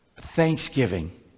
Thanksgiving